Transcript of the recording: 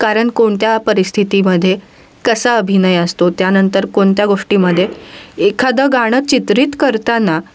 कारण कोणत्या परिस्थितीमध्ये कसा अभिनय असतो त्यानंतर कोणत्या गोष्टीमध्ये एखादं गाणं चित्रित करताना